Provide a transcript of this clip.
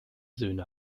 söhne